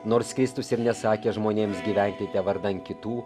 nors kristus ir nesakė žmonėms gyvenkite vardan kitų